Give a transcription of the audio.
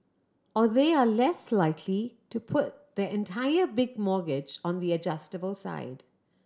or they are less likely to put their entire big mortgage on the adjustable side